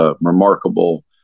remarkable